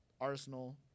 Arsenal